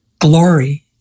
glory